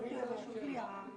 שלא כמו מוזיאונים בהם